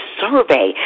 survey